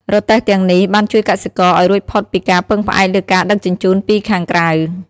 រទេះទាំងនេះ បានជួយកសិករឱ្យរួចផុតពីការពឹងផ្អែកលើការដឹកជញ្ជូនពីខាងក្រៅ។